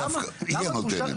דווקא היא הנותנת.